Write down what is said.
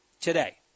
today